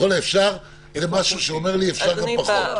ככל האפשר זה משהו שאומר שאפשר גם פחות.